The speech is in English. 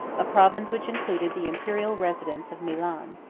a province which included the imperial residence of milan.